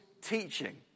teaching